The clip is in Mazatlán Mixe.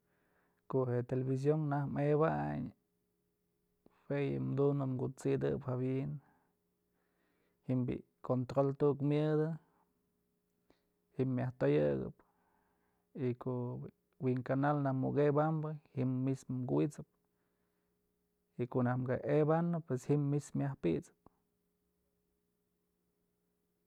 Ko'o je'e television najk mebayn jue yëm dunëp kut'sidëp jawi'in ji'im bi'i control tu'uk myëdë ji'im myaj toyëkëb y ko'o bi'i wi'in kanal najk muk ebambë ji'im mismë kuwisëp y ko'o nak ka ebanë pues ji'im mismë myaj pi'isëb.